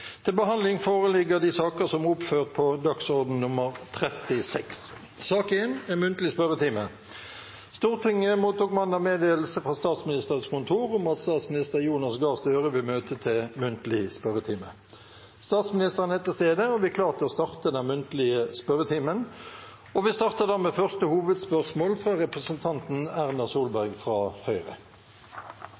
Stortinget mottok mandag meddelelse fra Statsministerens kontor om at statsminister Jonas Gahr Støre vil møte til muntlig spørretime. Statsministeren er til stede, og vi er klare til å starte den muntlige spørretimen. Vi starter da med første hovedspørsmål, fra representanten Erna Solberg fra Høyre.